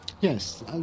Yes